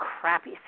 crappy